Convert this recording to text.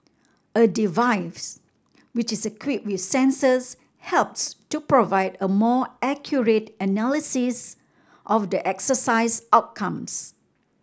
a device which is equipped with sensors helps to provide a more accurate analysis of the exercise outcomes